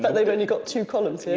they've only got two columns,